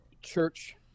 church